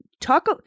talk